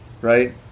right